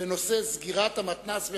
בנושא סגירת המתנ"ס בחצור.